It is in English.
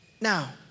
Now